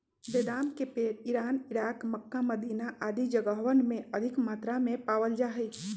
बेदाम के पेड़ इरान, इराक, मक्का, मदीना आदि जगहवन में अधिक मात्रा में पावल जा हई